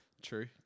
True